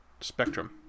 Spectrum